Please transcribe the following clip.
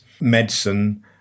medicine